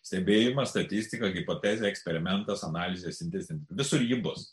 stebėjimą statistika hipotezė eksperimentas analizė sintezė visur ji bus